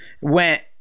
went